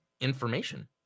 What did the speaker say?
information